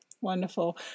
Wonderful